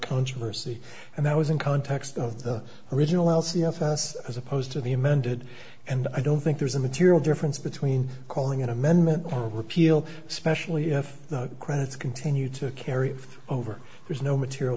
controversy and that was in context of the original c f s as opposed to the amended and i don't think there's a material difference between calling an amendment repeal especially if the credits continue to carry over there's no material